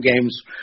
games